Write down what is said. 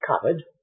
covered